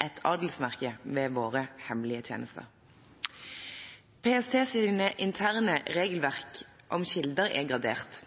et adelsmerke ved våre hemmelige tjenester. PSTs interne regelverk om kilder er gradert,